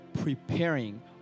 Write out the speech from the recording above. preparing